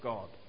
God